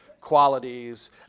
qualities